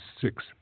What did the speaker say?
six